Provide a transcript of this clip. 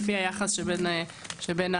לפי היחס שבין הסכומים.